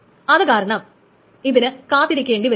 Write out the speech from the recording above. അതുകാരണം അതിന് കാത്തിരിക്കേണ്ടി വരും